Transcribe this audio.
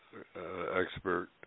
expert